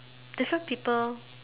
different people